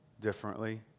differently